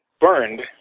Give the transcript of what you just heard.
burned